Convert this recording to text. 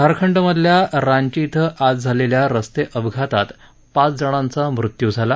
झारखंडमधल्या रांची आज झालेल्या रस्ते अपघातात पाच जणांचा मृत्यू झाला